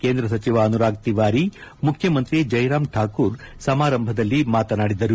ಕೇಂದ್ರ ಸಚಿವ ಅನುರಾಗ್ ತಿವಾರಿ ಮುಖ್ಯಮಂತ್ರಿ ಜಯರಾಮ್ ಠಾಕೂರ್ ಸಮಾರಂಭದಲ್ಲಿ ಮಾತನಾಡಿದರು